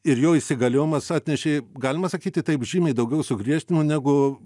ir jo įsigaliojimas atnešė galima sakyti taip žymiai daugiau sugriežtinimų negu